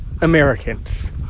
Americans